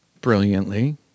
brilliantly